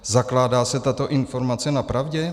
Zakládá se tato informace na pravdě?